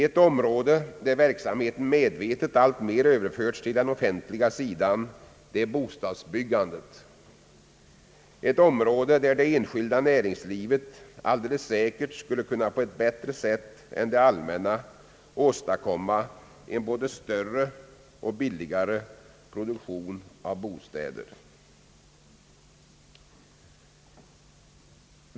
Ett område där verksamheten medvetet alltmer har överförts till den offentliga sidan är bostadsbyggandet, ett område där det enskilda näringslivet säkert skulle på ett bättre sätt än det allmänna kunna åstadkomma en både större och billigare produktion av bostäder.